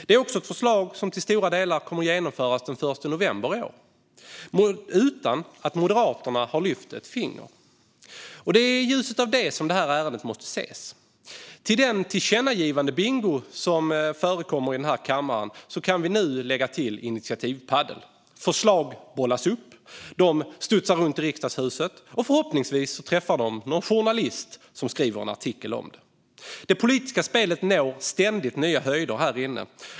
Det är också ett förslag som till stora delar kommer att genomföras den 1 november i år, utan att Moderaterna har lyft ett finger. Det är i ljuset av det som detta ärende måste ses. Till den tillkännagivandebingo som förekommer i kammaren kan vi nu lägga till initiativpadel. Förslag bollas upp, de studsar runt i Riksdagshuset, och förhoppningsvis träffar de någon journalist som skriver en artikel om det. Det politiska spelet når ständigt nya höjder här inne.